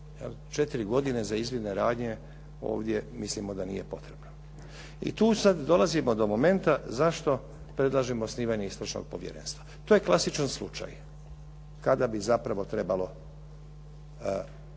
Jel? 4 godine za izvidne radnje ovdje mislimo da nije potrebno. I tu sad dolazimo do momenta zašto predlažemo osnivanje istražnog povjerenstva. To je klasičan slučaj kada bi zapravo trebalo